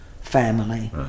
family